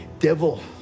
Devil